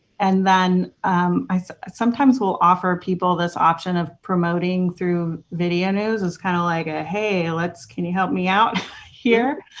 and then i sometimes will offer people this option of promoting through video news. it's kind of like a, hey, can you help me out here,